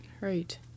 right